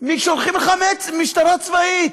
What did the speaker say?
שולחים לך משטרה צבאית,